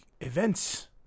events